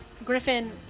Griffin